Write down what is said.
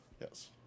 Yes